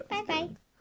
Bye-bye